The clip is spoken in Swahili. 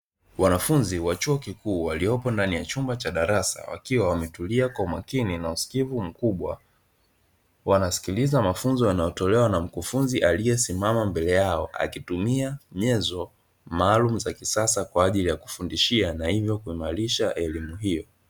Wanafunzi wa chuo kikuu waliopo ndani ya chumba cha darasa, wakiwa wametulia kwa makini na usikivu mkubwa. Wanasikiliza mafunzo yanayotolewa na mkufunzi aliyesimama mbele yao, akitumia nyenzo maalum za kisasa kwa ajili ya kufundishia na hivyo kuimarisha elimu hiyo.